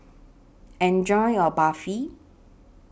Enjoy your Barfi